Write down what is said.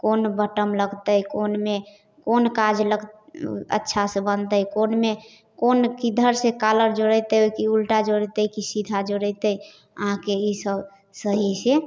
कोन बटम लगतै कोनमे कोन काजलग अच्छासँ बनतै कोनमे कोन किधर से कॉलर जोड़ेतै कि उल्टा जोड़ेतै कि सीधा जोड़ेतै अहाँके ईसब सही से